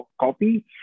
copy